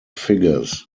figures